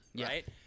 right